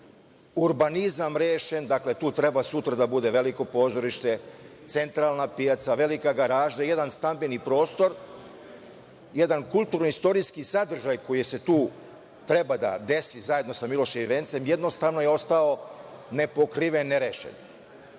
urbanizam rešen. Dakle, tu sutra treba da bude veliko pozorište, centralna pijaca, velika garaža, stambeni prostor, jedan kulturno-istorijski sadržaj koji tu treba da se desi zajedno sa Miloševim vencem, jednostavno je ostao nepokriven, nerešen.